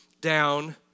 down